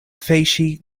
facie